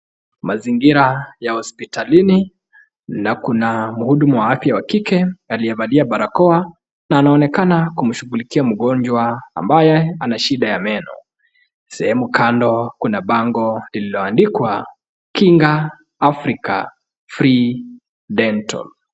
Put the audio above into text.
Mazingira ya hospitalini, na kuna mhudumu wa afya wa kike, aliyevalia barakoa. Anaonekana kumshughulikia mgonjwa ambaye ana shida ya meno. Sehemu kando kuna bango lililoandikwa, Kinga Afrika free dental.